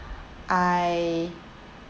I